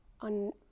on